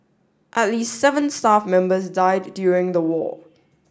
at least seven staff members died during the war